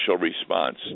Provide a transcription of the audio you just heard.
response